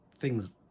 thing's